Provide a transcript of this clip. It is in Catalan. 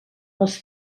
les